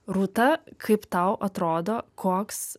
rūta kaip tau atrodo koks